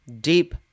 Deep